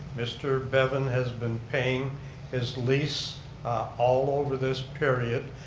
mr. bevan has been paying his lease all over this period,